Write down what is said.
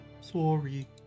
Sorry